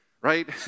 Right